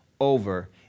over